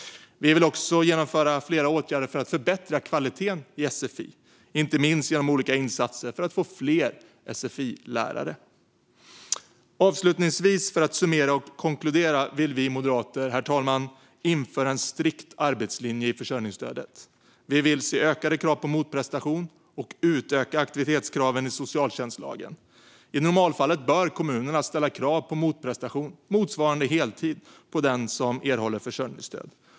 Vi vill också genomföra flera åtgärder för att förbättra kvaliteten i sfi, inte minst genom olika insatser för att få fler sfi-lärare. Avslutningsvis, för att summera och konkludera: Vi moderater vill införa en strikt arbetslinje i försörjningsstödet. Vi vill se ökade krav på motprestation och utöka aktivitetskraven i socialtjänstlagen. I normalfallet bör kommunerna ställa krav på aktivitet motsvarande heltid för den som erhåller försörjningsstöd.